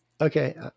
Okay